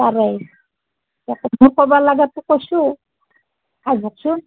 পাৰেই মই ক'ব লাগাটো কৈছু আইভকচোন